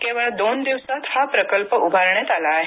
केवळ दोन दिवसात हा प्रकल्प उभारण्यात आला आहे